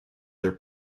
their